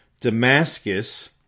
Damascus